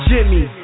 Jimmy